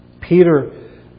Peter